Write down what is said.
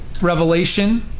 revelation